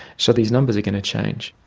so these numbers are going to change.